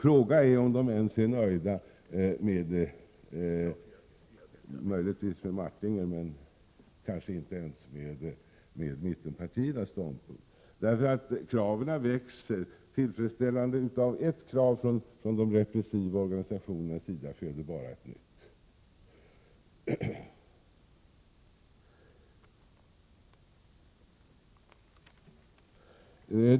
Frågan är om de ens är nöjda med mittenpartiernas ståndpunkt, möjligtvis med Jerry Martingers, eftersom kraven växer. Om man tillfredsställer ett krav från de repressiva organisationernas sida, föder det bara ett nytt krav.